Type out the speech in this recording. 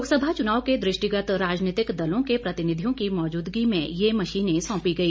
लोकसभा चुनाव के दृष्टिगत राजनीतिक दलों के प्रतिनिधियों की मौजूदगी में यह मशीनें सौंपी गई